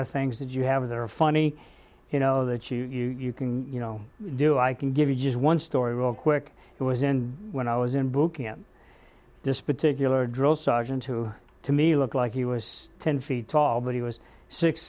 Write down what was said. of things that you have that are funny you know that you can you know do i can give you just one story real quick it was in when i was in booking at this particular drill sergeant who to me looked like he was ten feet tall but he was six